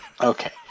Okay